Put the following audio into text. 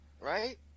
Right